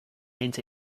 into